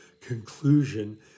conclusion